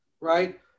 right